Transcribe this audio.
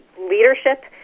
leadership